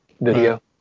video